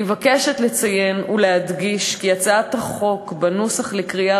אני מבקשת לציין ולהדגיש כי בהצעת החוק בנוסח שהוגש לקריאה